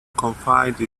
confide